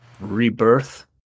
rebirth